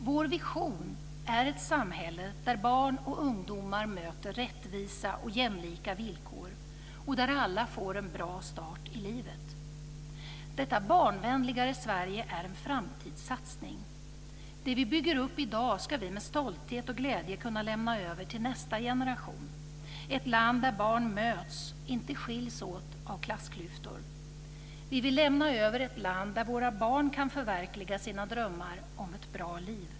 Vår vision är ett samhälle där barn och ungdomar möter rättvisa och jämlika villkor och där alla får en bra start i livet. Detta barnvänligare Sverige är en framtidssatsning. Det vi bygger upp i dag ska vi med stolthet och glädje kunna lämna över till nästa generation. Det ska bli ett land där barn möts, inte skiljs åt av klassklyftor. Vi vill lämna över ett land där våra barn kan förverkliga sina drömmar om ett bra liv.